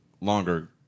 longer